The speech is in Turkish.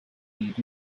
yedi